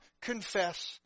confess